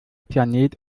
planet